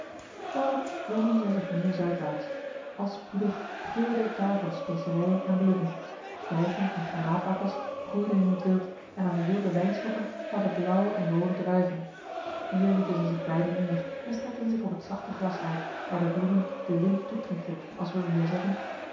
daarop wendden zij zich meer zuidwaarts al spoedig geurde het daar van specerijen en bloemen vijgen en granaatappels groeiden in het wild en aan de wilde wijnstokken zaten blauwe en roode druiven hier lieten zij zich beiden neer en strekten zich op het zachte gras uit waar de bloemen den wind toeknikten als wilden zij zeggen